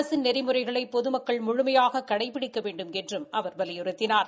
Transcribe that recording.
அரசின் நெறிமுறைகளை பொதுமக்கள் முழுமையாக கடைபிடிக்க வேண்டுமென்றும் அவர் வலியுறுத்தினார்